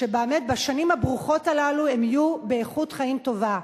כדי שבאמת בשנים הברוכות הללו הם יחיו באיכות חיים טובה.